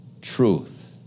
truth